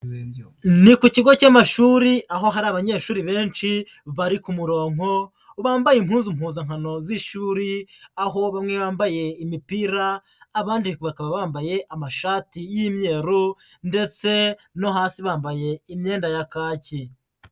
Ni ku kigo cy'amashuri aho hari abanyeshuri benshi bari ku mu muronko, bambaye impuzu mpuzankano z'ishuri, aho bamwe bambaye imipira abandi bakaba bambaye amashati y'imyeru ndetse no hasi bambaye imyenda ya kaki.